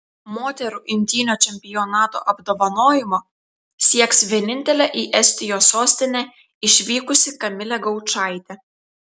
moterų imtynių čempionato apdovanojimo sieks vienintelė į estijos sostinę išvykusi kamilė gaučaitė